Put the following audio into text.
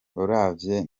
uravye